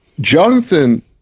Jonathan